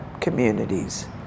communities